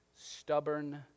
stubborn